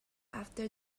after